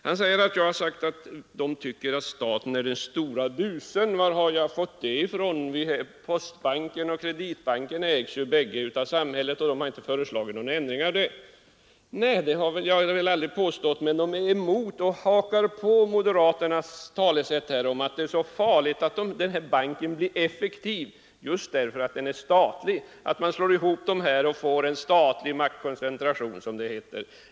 Han säger att han inte kan förstå varifrån jag har fått uppfattningen att centern anser att staten är den stora busen; postbanken och Kreditbanken ägs ju bägge av samhället, och centern har inte föreslagit några ändringar på den punkten. Nej, det har jag heller aldrig påstått. Men ni är emot att den här banken blir effektiv och hakar här på moderaternas talesätt och säger att det är farligt just därför att den är statlig; man får en statlig maktkoncentration, som det heter.